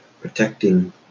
protecting